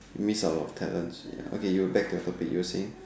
miss our talents ya okay you back to your topic you were saying